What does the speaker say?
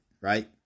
right